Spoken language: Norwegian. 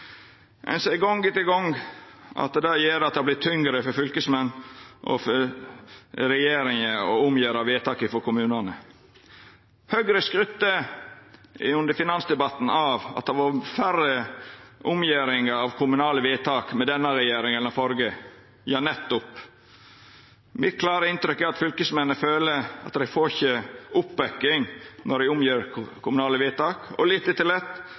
Ein ser gong etter gong at det har gjort det tyngre for fylkesmenn og for regjeringa å gjera om vedtak frå kommunane. Høgre skrytte under finansdebatten av at det har vore færre omgjeringar av kommunale vedtak under denne regjeringa enn under den førre. Ja, nettopp – det klare inntrykket mitt er at fylkesmennene føler at dei ikkje får oppbacking når dei gjer om kommunale vedtak. Litt etter litt